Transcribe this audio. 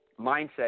mindset